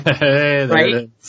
right